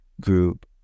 group